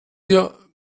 wir